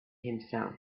himself